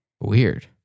Weird